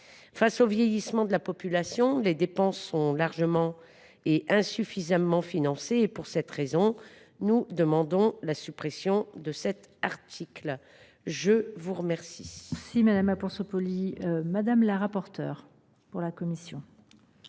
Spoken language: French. Face au vieillissement de la population, les dépenses sont largement et insuffisamment financées. Pour cette raison, nous demandons la suppression de cet article. Quel